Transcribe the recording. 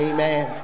Amen